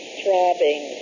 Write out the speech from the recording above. throbbing